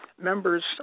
members